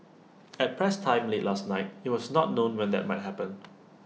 at press time late last night IT was not known when that might happen